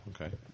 Okay